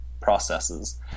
processes